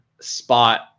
spot